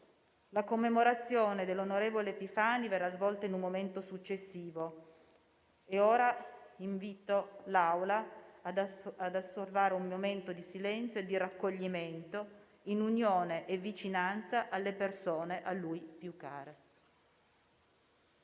La commemorazione dell'onorevole Epifani verrà svolta in un momento successivo e ora invito l'Assemblea a osservare un momento di silenzio e di raccoglimento in unione e vicinanza alle persone a lui più care.